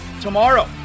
tomorrow